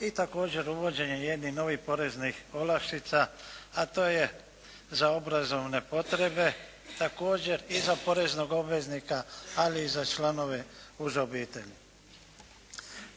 i također uvođenje jednih novih poreznih olakšica, a to je za obrazovne potrebe također i za poreznog obveznika ali i za članove uže obitelji.